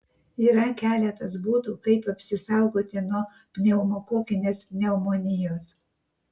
yra keletas būdų kaip apsisaugoti nuo pneumokokinės pneumonijos